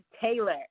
Taylor